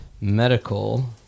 Medical